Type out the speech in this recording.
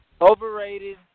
Overrated